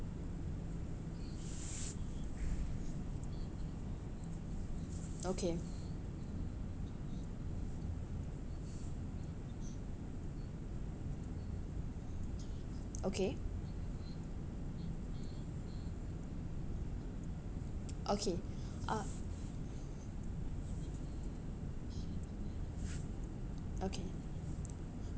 okay okay okay uh okay